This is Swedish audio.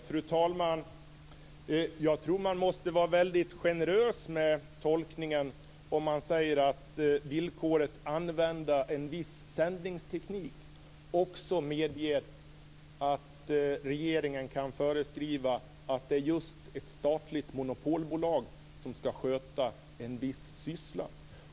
Fru talman! Man måste vara generös med tolkningen om man säger att villkoret "använda viss sändningsteknik" också medger att regeringen kan föreskriva att det är ett statligt monopolbolag som skall sköta en viss syssla.